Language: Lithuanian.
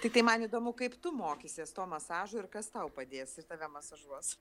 tiktai man įdomu kaip tu mokysies to masažo ir kas tau padės ir tave masažuos